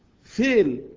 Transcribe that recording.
fail